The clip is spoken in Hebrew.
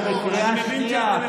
אתה בקריאה שנייה,